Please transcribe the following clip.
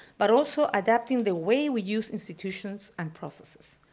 but also adapting the way we use institutions and processes.